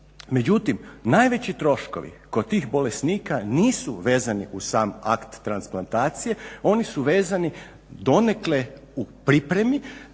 međutim najveći troškovi kod tih bolesnika nisu vezani uz sam akt transplantacije, oni su vezani donekle u pripremi